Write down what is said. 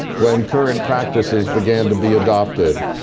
when current practices began to be adopted.